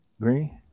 Green